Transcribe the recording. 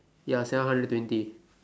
ya seven hundred twenty